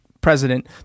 president